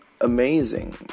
amazing